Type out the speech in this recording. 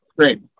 Great